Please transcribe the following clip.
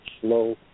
slow